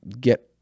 get